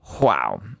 Wow